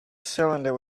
cylinder